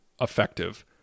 effective